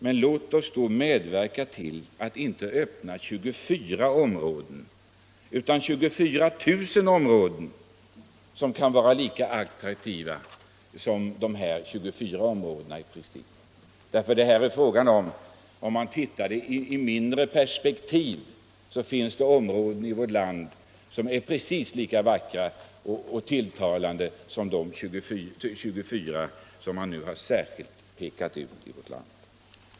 Men låt oss då inte öppna 24 utan 24000 områden för det ändamålet. Om vi ser det i mindre perspektiv finns det massor av områden i vårt land som är precis lika attraktiva, lika vackra och tilltalande som de 24 som man nu särskilt pekat ut.